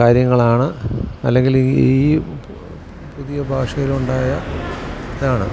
കാര്യങ്ങളാണ് അല്ലെങ്കിലീ ഈ പുതിയ ഭാഷയിലുണ്ടായ ഇതാണ്